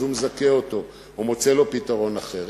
אז הוא מזכה אותו או מוצא לו פתרון אחר.